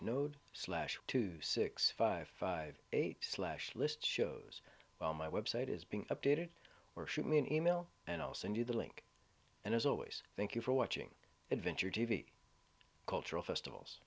node slash two six five five eight slash list shows well my website is being updated or shoot me an email and i'll send you the link and as always thank you for watching adventure t v cultural festivals